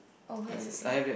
oh wait is the same